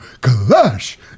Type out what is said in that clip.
clash